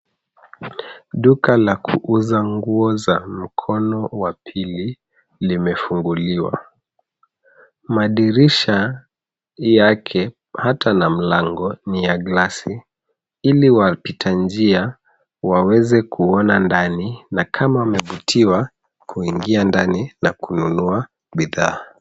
Duka la kuuza nguo za mkono wa pili limefunguliwa. Madirisha yake hata na mlango ni ya glasi ili wapita njia waweze kuona ndani na kama wamevutiwa kuingia ndani na kununua bidhaa.